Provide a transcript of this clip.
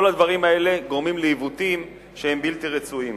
כל הדברים האלה גורמים לעיוותים שהם בלתי רצויים.